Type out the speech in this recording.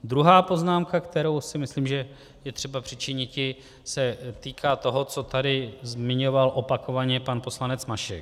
Druhá poznámka, kterou si myslím, že je potřeba přičiniti, se týká toho, co tady zmiňoval opakovaně pan poslanec Mašek.